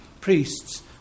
priests